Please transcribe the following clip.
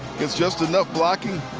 it's just enough blocking.